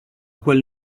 quel